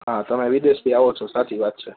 હા તમે વિદેશથી આવો છો સાચી વાત છે